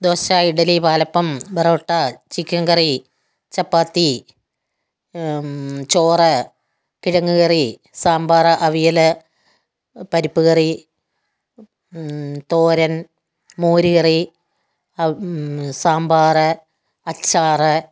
dosa idli palappam parotta chicken curry chapati ചോറ് കിഴങ്ങ്കറി സാമ്പാർ അവിയൽ പരിപ്പുകറി തോരൻ മോര്കറി സാമ്പാർ അച്ചാർ